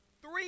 Three